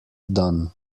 done